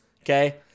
Okay